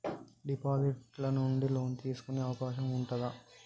Deposit ల నుండి loan తీసుకునే అవకాశం ఉంటదా?